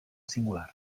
singular